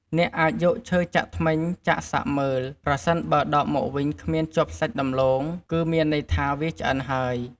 អ្នកអាចយកឈើចាក់ធ្មេញចាក់សាកមើល ប្រសិនបើដកមកវិញគ្មានជាប់សាច់ដំឡូង គឺមានន័យថាវាឆ្អិនហើយ។